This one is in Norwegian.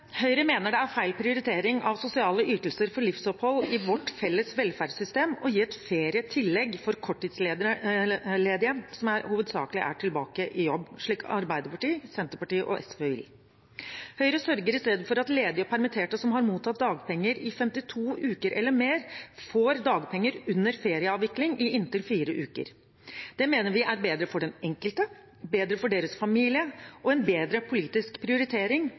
Høyre mener det er feil prioritering av sosiale ytelser for livsopphold etter vårt felles velferdssystem å gi et ferietillegg til korttidsledige som hovedsakelig er tilbake i jobb, slik Arbeiderpartiet, Senterpartiet og SV vil. Høyre sørger i stedet for at ledige og permitterte som har mottatt dagpenger i 52 uker eller mer, får dagpenger under ferieavvikling i inntil fire uker. Det mener vi er bedre for den enkelte, bedre for deres familie og en bedre politisk prioritering.